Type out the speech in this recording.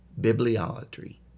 bibliolatry